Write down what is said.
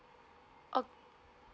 ok